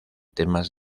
temas